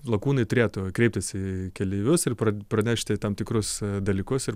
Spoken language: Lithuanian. lakūnai turėtų kreiptis į keleivius ir pranešti tam tikrus dalykus ir